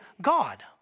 God